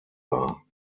war